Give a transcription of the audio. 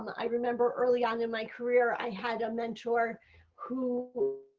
i remember early on in my career i had a mentor who